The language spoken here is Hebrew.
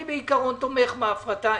אני בעיקרון תומך בהפרטה,